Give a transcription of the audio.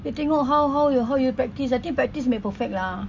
kita tengok how how how you practise I think practice makes perfect lah